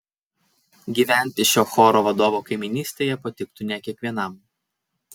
gyventi šio choro vadovo kaimynystėje patiktų ne kiekvienam